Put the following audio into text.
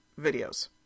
videos